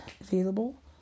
available